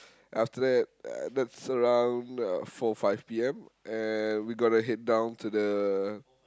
after that uh that's around uh four five P_M and we got to head down to the